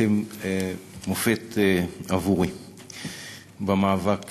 אתם מופת עבורי במאבק